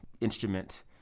instrument